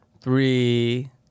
three